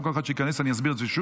לא לכל אחד שייכנס אני אסביר שוב.